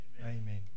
Amen